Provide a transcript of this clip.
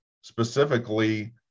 specifically